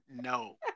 No